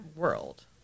world